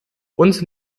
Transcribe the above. uns